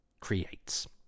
creates